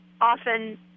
often